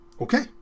okay